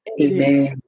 Amen